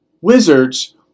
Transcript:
Wizards